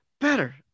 better